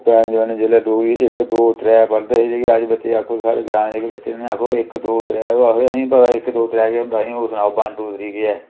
पराने जमाने जेल्लै डोगरी इक दो त्रै पढ़दे हे जेहके अज्ज बच्चे गी आखो साढ़े ग्रांऽ दे जेह्के बच्चे न उ'नेंगी आक्खो इक दो त्रै ते ओह् आखदे अहें गी इक दो त्रै केह् होंदा अहें गी ओह् सनाओ बन टू थ्री केह् ऐ